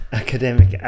academic